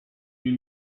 you